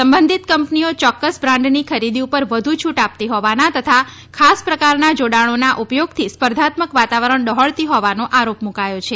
સંબંધિત કંપનીઓ ચોક્ક્સ બ્રાન્ડની ખરીદી ઉપર વધુ છુટ આપતી હોવાના તથા ખાસ પ્રકારના જોડાણોના ઉપયોગથી સ્પર્ધાત્મક વાતાવરણ ડહોળતી હોવાનો આરોપ મૂકાયો છે